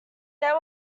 they